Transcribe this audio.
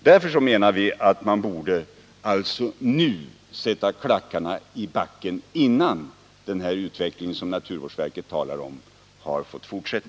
Därför menar vi att det är nu vi måste sätta klackarna i backen. innan utvecklingen har gått för långt.